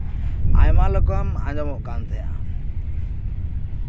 ᱟᱭᱢᱟ ᱨᱚᱠᱚᱢ ᱟᱸᱡᱚᱢᱚᱜ ᱠᱟᱱ ᱛᱟᱸᱦᱮᱱᱟ